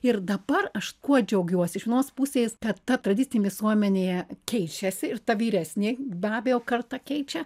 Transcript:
ir dabar aš kuo džiaugiuosi iš vienos pusės kad ta tradicinė visuomenė keičiasi ir ta vyresnė be abejo karta keičia